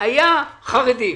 היה חרדים.